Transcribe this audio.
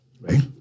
right